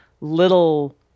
little